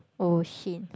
oh shit